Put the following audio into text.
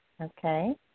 Okay